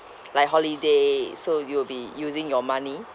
like holiday so you'll be using your money